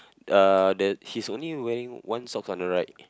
uh the he's only wearing one socks on the right